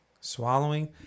swallowing